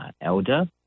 elder